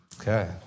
Okay